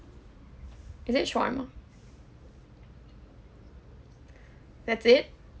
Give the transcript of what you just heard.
is it shawarma that's it